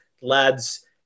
Lads